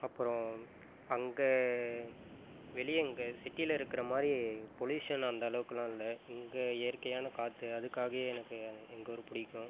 அப்புறம் அங்கே வெளியே அங்கே சிட்டியில் இருக்கிற மாதிரி பொலியூஷன் அந்த அளவுக்கு எல்லாம் இல்லை இங்கே இயற்கையான காற்று அதுக்காகயே எனக்கு எங்கூர் பிடிக்கும்